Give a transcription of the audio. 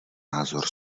názor